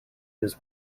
his